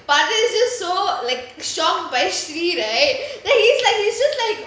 is just so like strong but shriri right then he's like he's just like